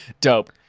Dope